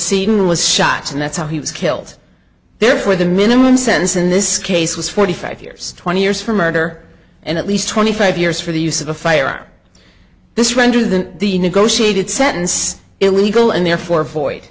decision was shot and that's how he was killed therefore the minimum sentence in this case was forty five years twenty years for murder and at least twenty five years for the use of a firearm this render the the negotiated sentence illegal and therefore